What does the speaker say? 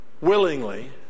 willingly